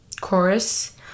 Chorus